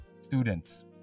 students